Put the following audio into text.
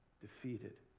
defeated